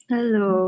Hello